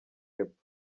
epfo